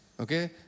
Okay